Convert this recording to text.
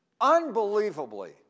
unbelievably